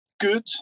good